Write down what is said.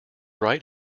right